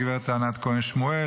גב' ענת כהן שמואל,